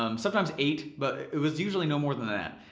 um sometimes eight, but it was usually no more than that.